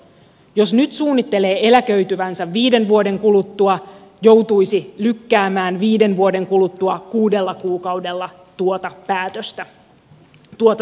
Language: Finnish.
jos nyt suunnittelee eläköityvänsä viiden vuoden kuluttua joutuisi lykkäämään viiden vuoden kuluttua kuudella kuukaudella tuota siirtymää